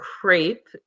crepe